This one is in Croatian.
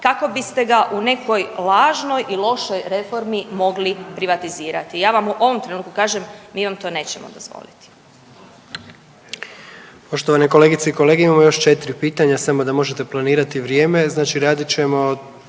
kako biste ga u nekoj lažnoj i lošoj reformi mogli privatizirati. Ja vam u ovom trenutku kažem, mi vam to nećemo dozvoliti.